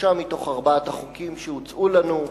לשלושה מתוך ארבעת החוקים שהוצעו לנו.